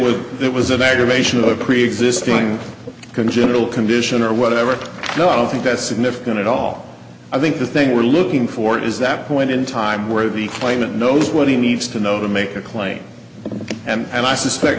of a preexisting congenital condition or whatever no i don't think that's significant at all i think the thing we're looking for is that point in time where the claimant knows what he needs to know to make a claim and i suspect